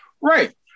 right